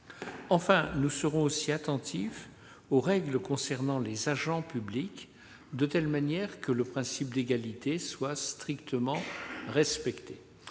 Enfin, nous serons également attentifs aux règles concernant les agents publics, de telle manière que le principe d'égalité soit strictement respecté.